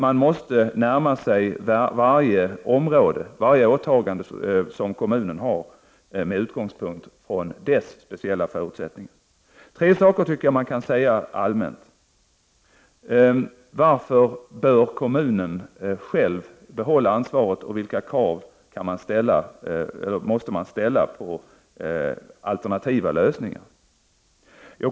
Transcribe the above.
Man måste närma sig varje åtagande som kommunen har med utgångspunkt i dess speciella förutsättningar. Tre saker tycker jag att man kan säga allmänt. Varför bör kommunen själv behålla ansvaret, och vilka krav måste man ställa på alternativa lösningar?